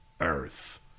earth